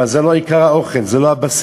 אבל זה לא עיקר האוכל, זה לא הבסיס.